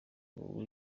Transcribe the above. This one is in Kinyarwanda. uba